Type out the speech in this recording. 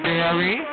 Berry